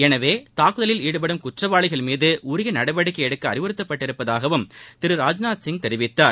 எனவே தாக்குதலில் ஈடுபடும் குற்றவாளிகள் மீது உரிய நடவடிக்கை எடுக்க அறிவுறுத்தப்பட்டுள்ளதாகவும் திரு ராஜ்நாத்சிங் தெரிவித்தார்